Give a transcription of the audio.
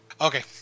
Okay